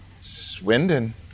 Swindon